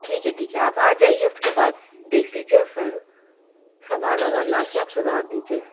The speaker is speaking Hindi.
ठीक है ठीक है आप आ जाइए उसके बाद देख लीजिए फिर समान वमान ला कर आप सुधार दीजिए